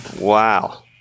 Wow